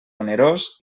onerós